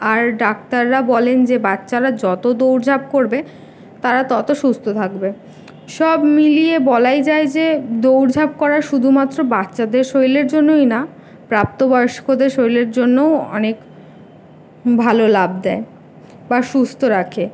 আর ডাক্তাররা বলেন যে বাচ্চারা যতো দৌড়ঝাঁপ করবে তারা ততো সুস্থ থাকবে সব মিলিয়ে বলাই যায় যে দৌড়ঝাঁপ করা শুধুমাত্র বাচ্চাদের শরীরের জন্যই না প্রাপ্ত বয়স্কদের শরীরের জন্যও অনেক ভালো লাভ দেয় বা সুস্থ রাখে